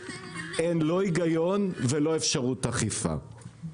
אין לא היגיון ולא אפשרות אכיפה.